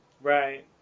Right